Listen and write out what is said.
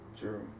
True